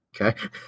okay